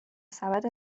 سبد